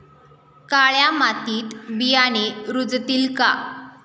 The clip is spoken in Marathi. काळ्या मातीत बियाणे रुजतील का?